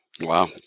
Wow